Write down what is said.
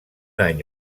any